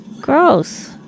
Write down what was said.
gross